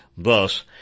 Thus